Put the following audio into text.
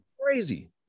crazy